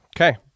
Okay